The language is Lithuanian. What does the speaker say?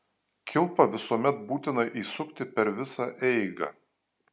kilpą visuomet būtina įsukti per visą eigą